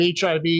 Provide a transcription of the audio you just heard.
HIV